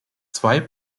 zwei